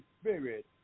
Spirit